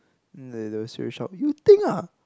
then they they will straight shout you think ah